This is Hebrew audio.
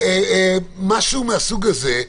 משהו מהסוג הזה.